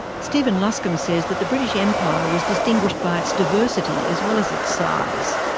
stephen luscombe says that the british empire was distinguished by its diversity as well as its size.